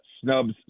snubs